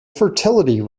fertility